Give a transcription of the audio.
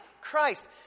Christ